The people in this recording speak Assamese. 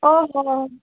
অঁ অঁ